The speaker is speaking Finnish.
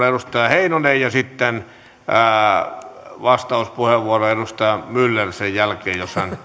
edustaja heinoselle ja sitten vastauspuheenvuoron edustaja myllerille sen jälkeen